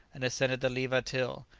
and ascended the leeba till,